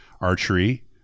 archery